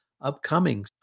upcoming